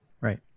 Right